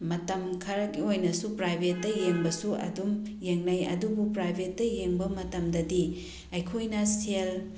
ꯃꯇꯝ ꯈꯔꯒꯤ ꯑꯣꯏꯅꯁꯨ ꯄ꯭ꯔꯥꯏꯚꯦꯠꯇ ꯌꯦꯡꯕꯁꯨ ꯑꯗꯨꯝ ꯌꯦꯡꯅꯩ ꯑꯗꯨꯕꯨ ꯄ꯭ꯔꯥꯏꯚꯦꯠꯇ ꯌꯦꯡꯕ ꯃꯇꯝꯗꯗꯤ ꯑꯩꯈꯣꯏꯅ ꯁꯦꯜ